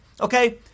Okay